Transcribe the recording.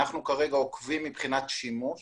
אנחנו כרגע עוקבים מבחינת שימוש